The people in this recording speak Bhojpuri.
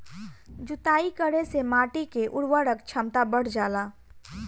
जुताई करे से माटी के उर्वरक क्षमता बढ़ जाला